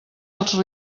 els